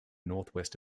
northwest